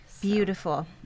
Beautiful